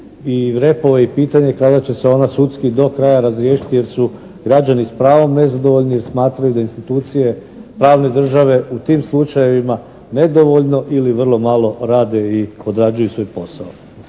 i repove i pitanje kada će se ona sudski do kraja razriješiti jer su građani s pravom nezadovoljni jer smatraju da institucije pravne države u tim slučajevima nedovoljno ili vrlo malo rade i odrađuju svoj posao.